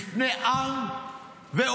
בפני עם ועולם,